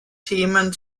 themen